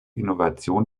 innovation